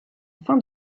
fin